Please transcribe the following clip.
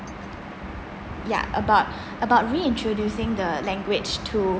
yeah about about reintroducing the language to